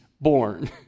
born